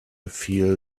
feel